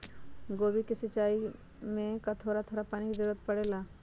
गोभी के सिचाई में का थोड़ा थोड़ा पानी के जरूरत परे ला?